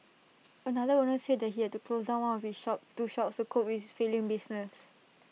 another owner said that he had to close down one of his shop two shops to cope with his failing business